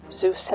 Zeus